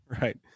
right